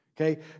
Okay